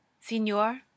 Signor